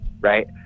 right